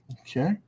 Okay